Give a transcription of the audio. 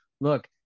Look